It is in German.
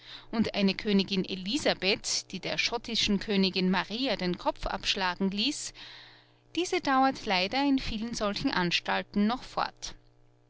und eine königin elisabeth die der schottischen königin maria den kopf abschlagen ließ diese dauert leider in vielen solcher anstalten noch fort